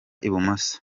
ibumoso